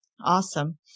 Awesome